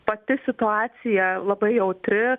pati situacija labai jautri